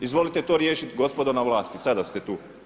Izvolite to riješiti gospodo na vlasti sada ste tu.